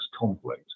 conflict